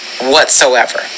whatsoever